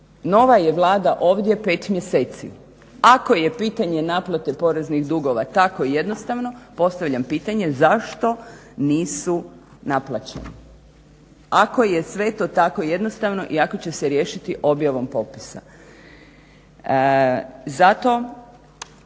Nova je vlada ovdje pet mjeseci. Ako je pitanje naplate poreznih dugova tako jednostavno postavljam pitanje zašto nisu naplaćeni. Ako je sve to tako jednostavno i ako će se riješiti objavom popisa.